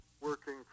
working